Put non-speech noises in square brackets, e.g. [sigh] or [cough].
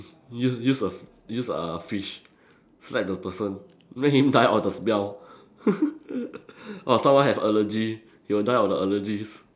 use use a f~ use a fish slap the person make him die of the smell [laughs] or someone have allergy he will die of the allergies